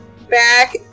back